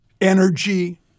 energy